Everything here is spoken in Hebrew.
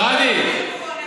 שאלה טובה.